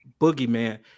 boogeyman